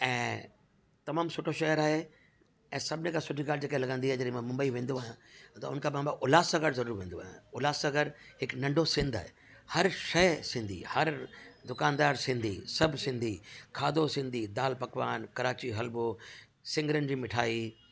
ऐं तमामु सुठो शहर आहे ऐं सभिनि खां सुठी ॻाल्हि जेके लॻंदी आहे जॾहिं मां मुंबई वेंदो आहियां त हुन खां उल्हास नगर जरूर वेंदो आहियां उल्हास नगर हिक नंढो सिंध आहे हर शइ सिंधी हर दुकानदार सिंधी सभु सिंधी खाधो सिंधी दालि पकवान कराची हलवो सिंगरनि जी मिठाई